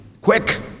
Quick